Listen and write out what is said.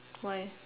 why